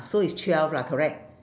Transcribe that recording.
so is twelve lah correct